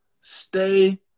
stay